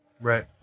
Right